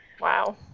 wow